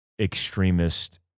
Extremist